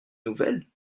nouvelle